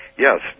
Yes